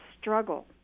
struggle